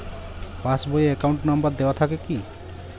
Pass বই এ account number দেওয়া থাকে কি?